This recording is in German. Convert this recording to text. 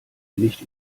nicht